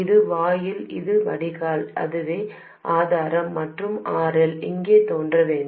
இது வாயில் இது வடிகால் இதுவே ஆதாரம் மற்றும் RL அங்கு தோன்ற வேண்டும்